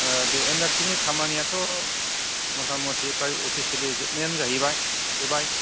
बे N R C नि खामानियाथ' मथामथि फ्राय अफिसियेलि जोबनायानो जाहैबाय